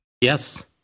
yes